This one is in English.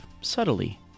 subtly